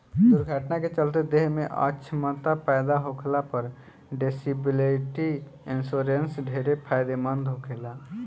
दुर्घटना के चलते देह में अछमता पैदा होखला पर डिसेबिलिटी इंश्योरेंस ढेरे फायदेमंद होखेला